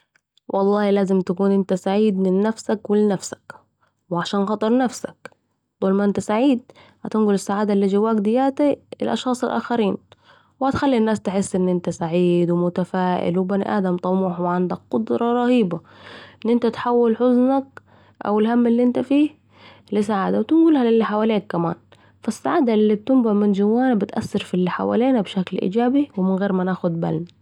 والله لازم تكون أنت سعيد من نفسك و لنفسك علشان خاطر نفسك، طول ما أنت سعيد هتنقل السعادة الي جواك دياتي للأشخاص الآخرين ، و هتخلي الناس تحس أنك سعيد و متفائل و بني آدم طموح و عندك قدره رهيبه أن أنت تحول حزنك أو الهم الي أنت وفيه لسعادة و تنقلها للي حوليك كمان ، فا السعاده لما بتنبع من جوانا بتأثر في الي حوليك بشكل إيجابي و من غير ما تاخد بالنا